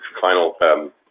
final